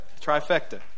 Trifecta